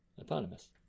Eponymous